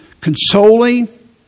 consoling